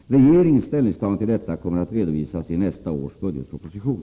Regeringens ställningstagande till detta kommer att redovisas i nästa års budgetproposition.